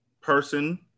person